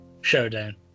showdown